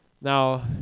now